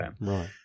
Right